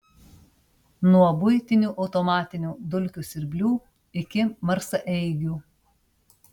nuo buitinių automatinių dulkių siurblių iki marsaeigių